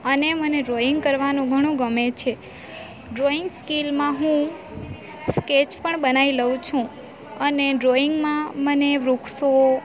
અને મને ડ્રોઈંગ કરવાનું ઘણું ગમે છે ડ્રોઈંગ સ્કિલમાં હું સ્કેચ પણ બનાવી લઉ છું અને ડ્રોઈંગમાં મને વૃક્ષો